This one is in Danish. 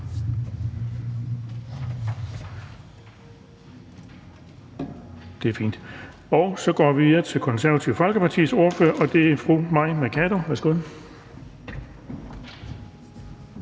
Det er fint. Og så går vi videre til Konservative Folkepartis ordfører, og det er fru Mai Mercado. Værsgo.